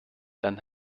dann